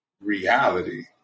reality